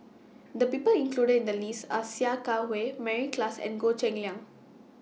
The People included in The list Are Sia Kah Hui Mary Klass and Goh Cheng Liang